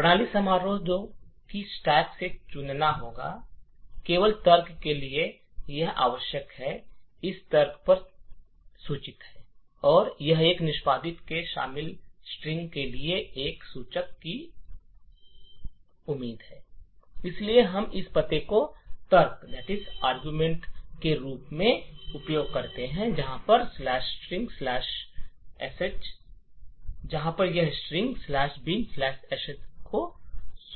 प्रणाली function तो stack से चुनना होगा केवल तर्क है कि यह आवश्यकता है और इस तर्क एक चरित्र सूचक है और यह एक निष्पादक के शामिल स्ट्रिंग के लिए एक सूचक की उंमीद है इसलिए यह इस पते को तर्क के रूप में उपयोग करता है और string bin sh string ""binsh"" को